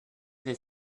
they